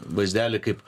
vaizdelį kaip